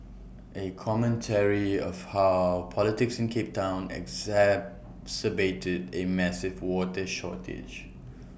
A commentary of how politics in cape Town exacerbated A massive water shortage